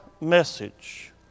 message